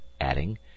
adding